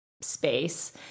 space